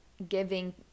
giving